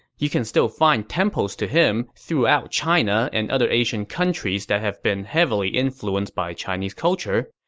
you can still find temples to him throughout china and other asian countries that have been heavily influenced by chinese culture,